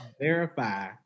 verify